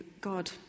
God